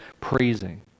praising